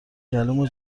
گلومو